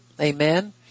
Amen